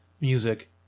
music